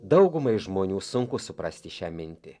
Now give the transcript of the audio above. daugumai žmonių sunku suprasti šią mintį